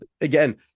again